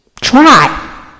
Try